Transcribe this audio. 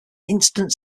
instant